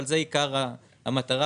אבל זה עיקר המטרה,